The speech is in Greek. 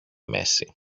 μέση